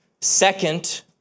Second